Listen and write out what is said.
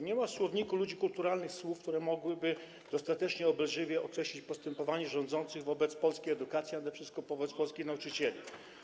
Nie ma w słowniku ludzi kulturalnych słów, które mogłyby dostatecznie obelżywie określić postępowanie rządzących wobec polskiej edukacji, a nade wszystko wobec polskich nauczycieli.